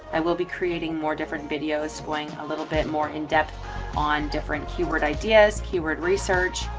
i will be creating more different videos going a little bit more in depth on different keyword ideas, keyword research,